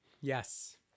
Yes